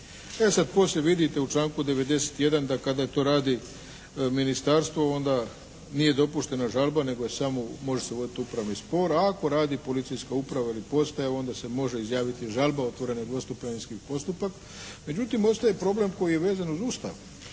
E sad, poslije vidite u članku 91. da kada je to radi ministarstvo onda nije dopuštena žalba nego je samo, može se voditi upravni spor. Ako radi policijska uprava ili postaja onda se može izjaviti žalba, otvoreno dvostupanjski postupak. Međutim, ostaje problem koji je vezan uz Ustav.